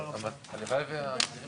בשעה